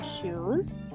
shoes